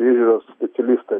priežiūros specialistą